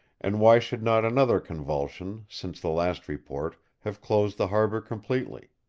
and why should not another convulsion, since the last report, have closed the harbour completely?